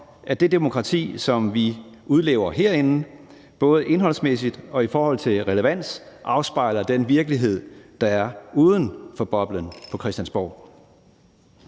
at det demokrati, som vi udlever herinde, både indholdsmæssigt og i forhold til relevans afspejler den virkelighed, der er uden for boblen på Christiansborg.